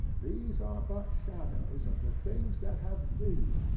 these are but shadows of the things that have been,